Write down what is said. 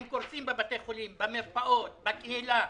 הם קורסים בבתי החולים, במרפאות, בקהילה.